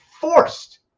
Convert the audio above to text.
forced